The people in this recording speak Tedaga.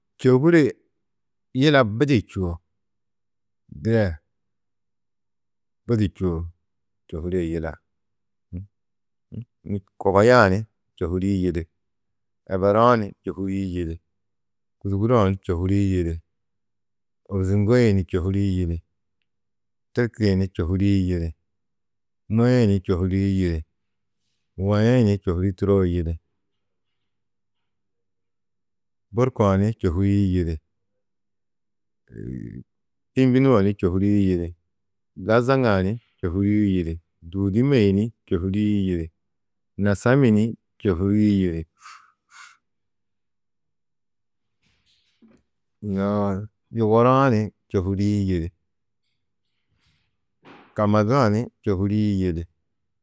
Čôhure yila budi čûo, čôhuree yila, kogoya-ã ni čôhurii yili, eberu-ã ni čôhurii yili, kûduguru-ã ni čôhurii yili, ôbuzuŋgoi-ĩ ni čôhurii yili, tirki-ĩ ni čôhurii yili, mui-ĩ ni čôhurii yili, woi-ĩ ni čôhuri turoo yili, burku-ã ni čôhurii yili, pîmbinu-ã ni čôhurii yili, dazaŋa-ã ni čôhurii yili, dûudume ni čôhurii yili. Ñasammi ni čôhurii yili, yoo yugoru-ã ni čôhurii yili, kamadu-ã ni čôhurii yili.